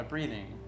Breathing